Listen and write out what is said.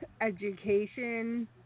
education